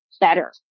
better